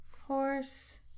horse